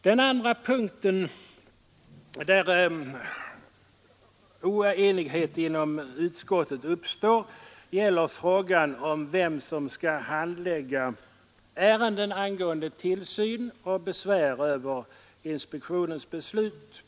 Den andra punkten där oenighet inom utskottet uppstått gäller frågan om vem som skall handlägga ärenden angående tillsyn och besvär över inspektionens beslut.